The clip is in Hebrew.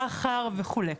סחר וכולה.